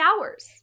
hours